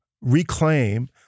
reclaim